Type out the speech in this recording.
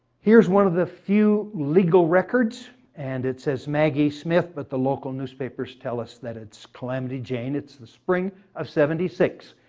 here is one of the few legal records. and it says maggie smith, but the local newspapers tell us that it's calamity jane. it's the spring of seventy six.